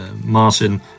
Martin